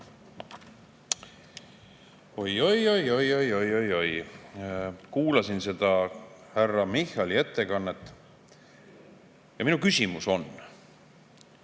Oi-oi, oi-oi, oi-oi, oi-oi! Kuulasin seda härra Michali ettekannet. Ja minu küsimus on